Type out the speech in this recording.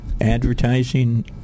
advertising